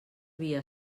via